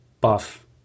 buff